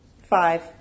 Five